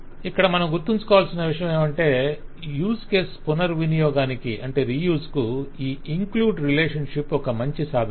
ఇక్కడ మనం గుర్తుంచుకోవాల్సిన విషయమేమంటే యూస్ కేసు పునర్వినియోగానికి ఈ ఇంక్లూడ్ రిలేషన్షిప్ ఒక మంచి సాధనం